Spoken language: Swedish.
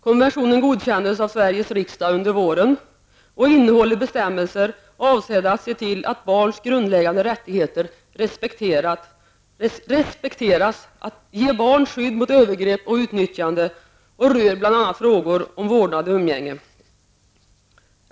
Konventionen godkändes av Sveriges riksdag under våren och innehåller bestämmelser avsedda att se till att barns grundläggande rättigheter respekteras, att ge barn skydd mot övergrepp och utnyttjande samt rör bl.a. frågor om vårdnad och umgänge.